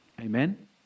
Amen